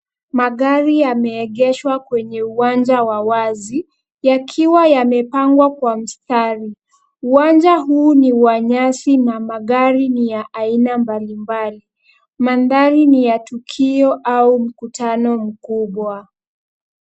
Magari yameegeshwa kwenye uwanja wa wazi, yakiwa yamepangwa kwa mstari. Uwanja huu ni wa nyasi na magari ni ya aina mbalimbali. Mandhari ni ya tukio au mkutano mkubwa.